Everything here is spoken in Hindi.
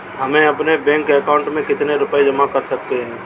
हम अपने बैंक अकाउंट में कितने रुपये जमा कर सकते हैं?